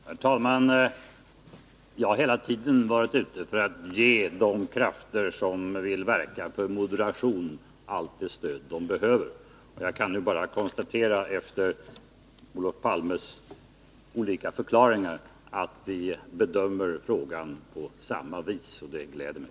Herr talman! Jag har hela tiden velat ge de krafter som vill verka för moderation allt det stöd jag kan ge. Efter Olof Palmes olika förklaringar kan jag bara konstatera att vi bedömer frågan på samma vis, och det gläder mig.